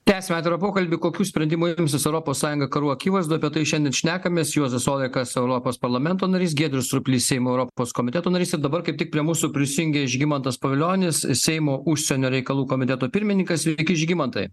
tęsiame atvirą pokalbį kokių sprendimų imsis europos sąjunga karų akivaizdoje apie tai šiandien šnekamės juozas olekas europos parlamento narys giedrius surplys seimo europos komiteto narys ir dabar kaip tik prie mūsų prisijungė žygimantas pavilionis seimo užsienio reikalų komiteto pirmininkas sveiki žygimantai